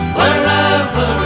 Wherever